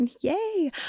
Yay